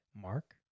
mark